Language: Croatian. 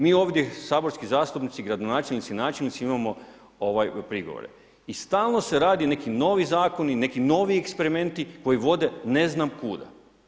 Mi ovdje saborski zastupnici gradonačelnici, načelnici imamo prigovore i stalno se radi neki novi zakoni, neki novi eksperimenti koji vode ne znam kuda.